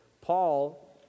Paul